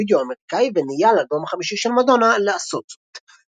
הווידאו האמריקאי ונהיה לאלבום החמישי של מדונה לעשות זאת.